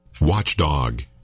Watchdog